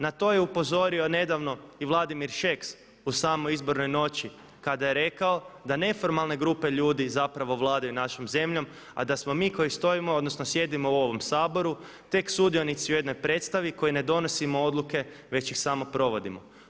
Na to je upozorio nedavno i Vladimir Šeks u samoj izbornoj noći kada je rekao da neformalne grupe ljudi zapravo vladaju našom zemljom a da smo mi koji stojimo odnosno sjedimo u ovom Saboru tek sudionici u jednoj predstavi koji ne donosimo odluke već ih samo provodimo.